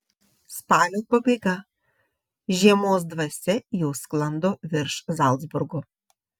spalio pabaiga žiemos dvasia jau sklando virš zalcburgo